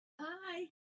Hi